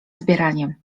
zbieraniem